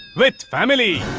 with family!